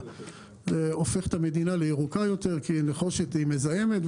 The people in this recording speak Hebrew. והופך את המדינה לירוקה יותר כי נחושת מזהמת.